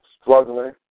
struggling